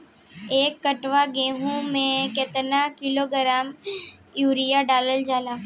एक कट्टा गोहूँ में केतना किलोग्राम यूरिया डालल जाला?